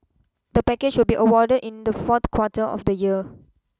the package will be awarded in the fourth quarter of the year